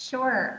Sure